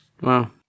Wow